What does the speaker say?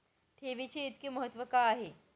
ठेवीचे इतके महत्व का आहे?